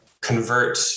convert